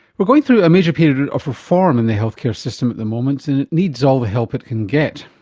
we're going through a major period of reform in the healthcare system at the moment and it needs all the help it can get.